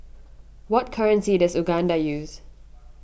what currency does Uganda use